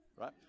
Right